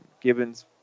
Gibbons